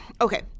okay